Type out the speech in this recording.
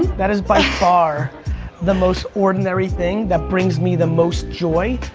that is by far the most ordinary thing that brings me the most joy.